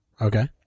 Okay